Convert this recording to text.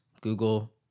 Google